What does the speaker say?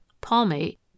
palmate